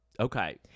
Okay